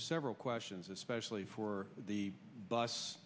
were several questions especially for the bus